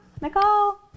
Nicole